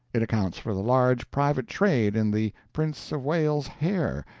it accounts for the large private trade in the prince of wales's hair,